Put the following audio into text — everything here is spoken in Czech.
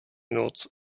noc